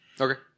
Okay